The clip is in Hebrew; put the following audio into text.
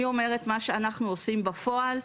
אני אומרת מה שאנחנו עושים בפועל,